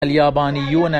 اليابانيون